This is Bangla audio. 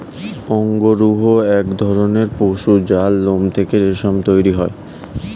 অঙ্গরূহ এক ধরণের পশু যার লোম থেকে রেশম তৈরি হয়